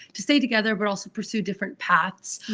to stay together but also pursue different paths,